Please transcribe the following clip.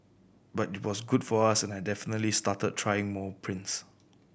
but it was good for us and I definitely started trying more prints